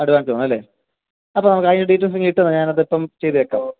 advance വേണമല്ലേ അപ്പം നമുക്ക് അതിന്റെ ഡീറ്റേയ്ല്സ് ഇങ്ങ് ഇട്ട് തന്നെ ഞാനതിപ്പം ചെയ്തേക്കാം